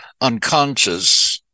unconscious